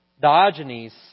Diogenes